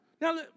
Now